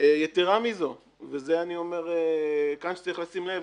יתרה מזאת, וזה אני אומר כאן שצריך לשים לב.